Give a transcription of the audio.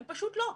הם פשוט לא.